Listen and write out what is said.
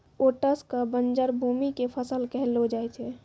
oats कॅ बंजर भूमि के फसल कहलो जाय छै